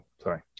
sorry